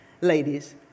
Ladies